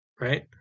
right